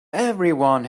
everyone